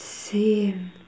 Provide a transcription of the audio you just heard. same